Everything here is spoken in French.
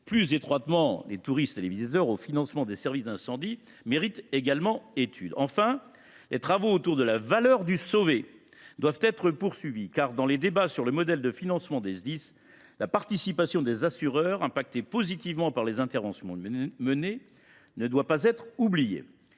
plus étroitement les touristes et les visiteurs au financement des services d’incendie et de secours mérite également d’être étudiée. Enfin, les travaux autour de la « valeur du sauvé » doivent être poursuivis. Car, dans les débats sur le modèle de financement des Sdis, la participation des assureurs, qui retirent un certain bénéfice des interventions menées, ne doit pas être oubliée.